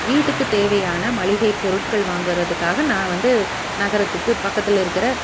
வீட்டுக்கு தேவையான மளிகை பொருட்கள் வாங்கிறதுக்காக நான் வந்து நகரத்துக்கு பக்கத்தில் இருக்கிற